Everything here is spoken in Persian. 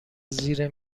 زیر